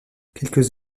quelques